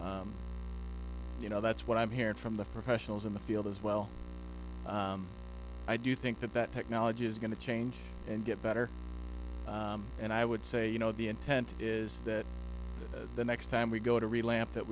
you know that's what i'm hearing from the professionals in the field as well i do think that that technology is going to change and get better and i would say you know the intent is that the next time we go to relapse that